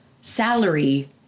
salary